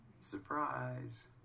surprise